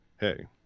hey